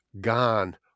gone